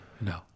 No